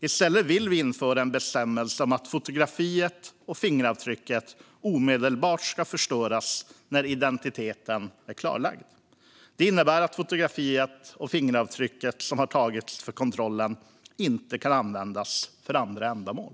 I stället vill vi införa en bestämmelse om att fotografiet och fingeravtrycket omedelbart ska förstöras när identiteten är klarlagd. Det innebär att fotografiet och fingeravtrycket som har tagits för kontrollen inte kan användas för andra ändamål.